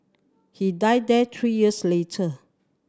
he died there three years later